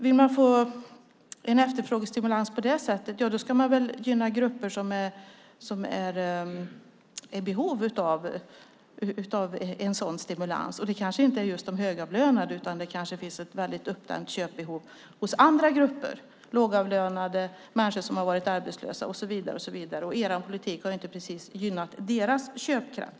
Vill man få en efterfrågestimulans ska man väl gynna grupper som är i behov av en sådan stimulans. Det kanske inte just är de högavlönade. Det kanske finns ett uppdämt köpbehov hos andra grupper, lågavlönade, människor som har varit arbetslösa, och så vidare. Er politik har inte precis gynnat deras köpkraft.